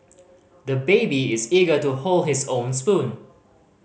the baby is eager to hold his own spoon